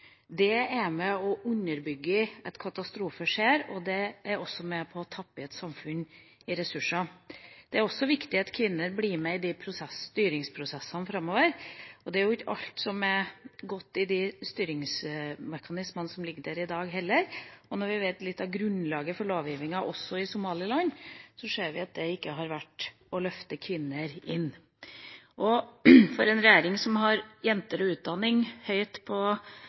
det gjelder helsesituasjonen. Det er med og underbygger at katastrofer skjer, og det er også med på å tappe et samfunn for ressurser. Det er også viktig at kvinner blir med i styringsprosessene framover. Det er ikke alt som er godt i de styringsmekanismene som er der i dag, og når vi vet litt om grunnlaget for lovgivinga – også i Somaliland – ser vi at det ikke har vært å løfte kvinner inn. For en regjering som har jenter og utdanning høyt på